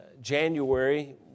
January